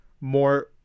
more